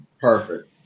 Perfect